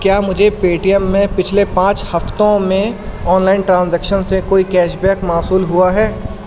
کیا مجھے Paytm میں پچھلے پانچ ہفتوں میں آن لائن ٹرانزیکشن سے کوئی کیش بیک موصول ہوا ہے